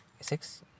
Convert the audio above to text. six